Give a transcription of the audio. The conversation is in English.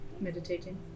Meditating